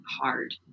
hard